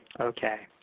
okay.